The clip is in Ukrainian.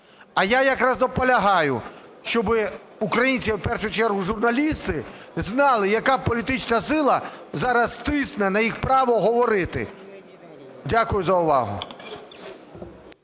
А я якраз наполягаю, щоби українці, а в першу чергу журналісти, знали, яка політична сила зараз тисне на їх право говорити. Дякую за увагу.